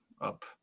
up